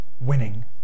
winning